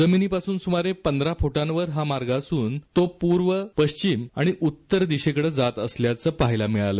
जमिनीपासून सुमारे पंधरा फुटांवर हा मार्ग असून तो पूर्व पश्चिम यासह उत्तर दिशेकडे जात असल्याचं पाहायला मिळालं